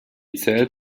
zählt